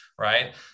right